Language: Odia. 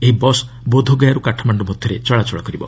ଏହି ବସ୍ ବୋଧଗୟାରୁ କାଠମାଣ୍ଡୁ ମଧ୍ୟରେ ଚଳାଚଳ କରିବ